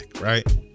Right